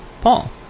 Paul